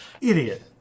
Idiot